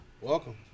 welcome